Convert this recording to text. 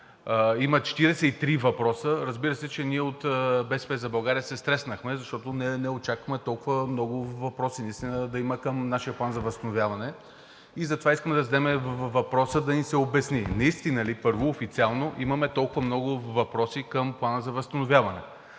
има 43 въпроса, разбира се, че от „БСП за България“ се стреснахме, защото не очаквахме наистина толкова много въпроси да има към нашия план за възстановяване. Затова искаме да зададем въпроса и да ни се обясни: наистина ли официално имаме толкова много въпроси към Плана за възстановяване;